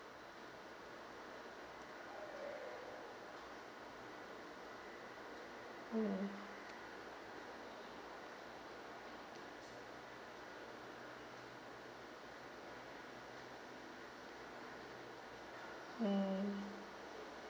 mm mm